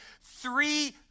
three